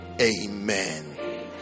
Amen